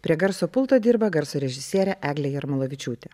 prie garso pulto dirba garso režisierė eglė jarmolavičiūtė